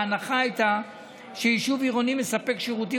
ההנחה הייתה שיישוב עירוני מספק שירותים